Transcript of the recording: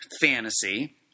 fantasy